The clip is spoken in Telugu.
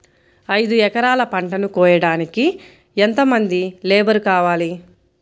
ఐదు ఎకరాల పంటను కోయడానికి యెంత మంది లేబరు కావాలి?